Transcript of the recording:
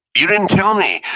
you didn't tell me.